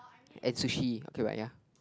and sushi okay but ya